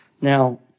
Now